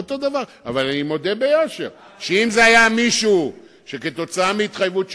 אבל אני מודה ביושר שאם זה היה מישהו שכתוצאה מהתחייבות שלו,